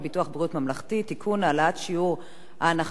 העלאת שיעור ההנחה בתרופות לניצולי שואה),